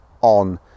on